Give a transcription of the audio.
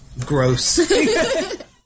Gross